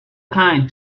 kind